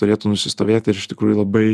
turėtų nusistovėt ir iš tikrųjų labai